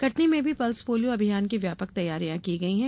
कटनी में भी pulse polio अभियान की व्यापक तैयारी की गई है